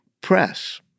press